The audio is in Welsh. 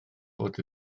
bod